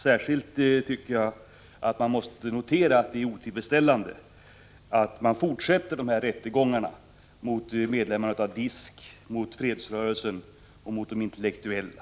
Särskilt måste man notera att det är otillfredsställande att man i Turkiet fortsätter med rättegångarna mot medlemmarna i DISK, mot fredsrörelsen och mot de intellektuella.